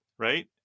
right